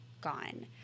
gone